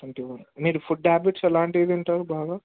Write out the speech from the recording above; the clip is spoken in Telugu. మీరు ఫుడ్ హ్యాబిట్స్ ఎలాంటివి తింటారు బాగా